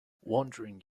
wandering